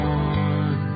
one